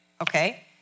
Okay